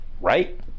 right